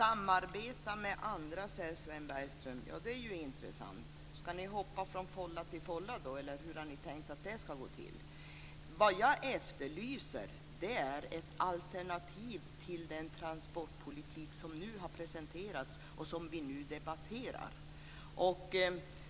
Herr talman! Sven Bergström säger att Centerpartiet är berett att samarbeta med andra. Ja, det låter ju intressant. Ska ni hoppa från tuva till tuva, eller hur har ni tänkt att det ska gå till? Vad jag efterlyser är ett alternativ till den transportpolitik som nu har presenterats och som vi nu debatterar.